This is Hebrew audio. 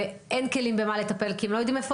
ואין כלים במה לטפל כי הם לא יודעים איפה